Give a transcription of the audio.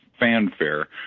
fanfare